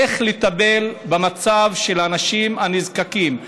איך לטפל במצב של אנשים נזקקים,